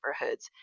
neighborhoods